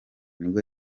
nibwo